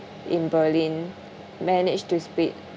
in berlin managed to split